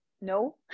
no